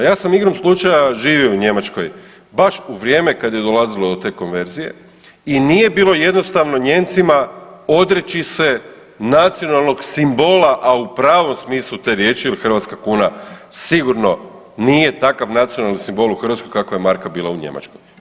Ja sam igrom slučaja živio u Njemačkoj baš u vrijeme kada je dolazilo do te konverzije i nije bilo jednostavno Nijemcima odreći se nacionalnog simbola, a u pravom smislu te riječi hrvatska kuna sigurno nije takav nacionalni simbol u Hrvatskoj kakva je marka bila u Njemačkoj.